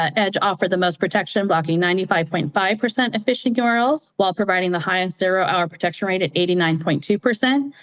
edge offered the most protection, blocking ninety five point five percent of phishing urls while providing the highest zero-hour protection rate at eighty nine point two percent.